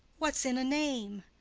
what's in a name?